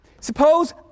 suppose